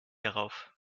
darauf